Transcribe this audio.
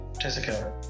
Jessica